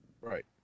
right